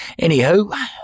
Anywho